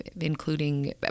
including